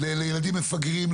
לילדים מפגרים,